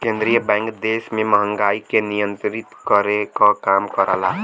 केंद्रीय बैंक देश में महंगाई के नियंत्रित करे क काम करला